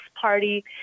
party